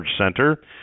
Center